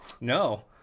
No